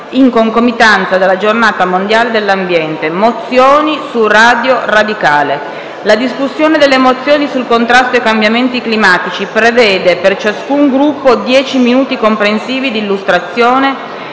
in concomitanza della giornata mondiale dell'ambiente; mozioni su Radio Radicale. La discussione delle mozioni sul contrasto ai cambiamenti climatici prevede, per ciascun Gruppo, 10 minuti comprensivi di illustrazione